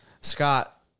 Scott